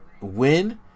win